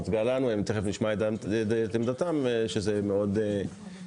שהוצגה לנו ותכף נשמע את עמדתה זה מאוד בעייתי.